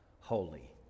holy